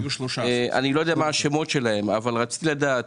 אני לא יודע מה השמות שלהם אבל רציתי לדעת: